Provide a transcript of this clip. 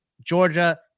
Georgia